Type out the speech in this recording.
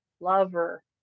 Lover